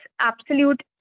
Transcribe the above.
absolute